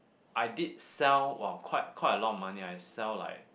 I did sell !wow! quite quite a lot of money I sell like